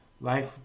Life